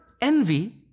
envy